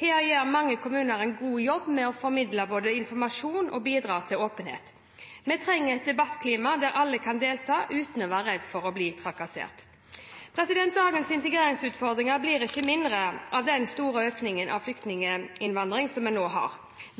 Her gjør mange kommuner en god jobb med både å formidle informasjon og å bidra til åpenhet. Vi trenger et debattklima der alle kan delta uten å være redd for å bli trakassert. Dagens integreringsutfordringer blir ikke mindre av den store økningen i flyktninginnvandring som vi nå har.